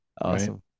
awesome